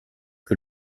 que